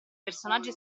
personaggi